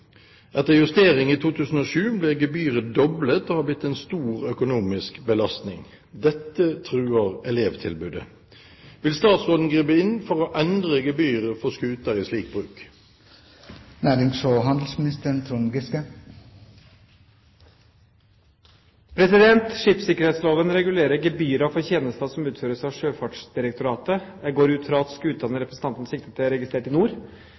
Etter justering i 2007 ble gebyret doblet og er blitt en stor økonomisk belastning. Dette truer elevtilbudet. Vil statsråden gripe inn for å endre gebyret for skuter i slik bruk?» Skipssikkerhetsloven regulerer gebyrer for tjenester som utføres av Sjøfartsdirektoratet. Jeg går ut fra at skutene representanten sikter til, er registrert i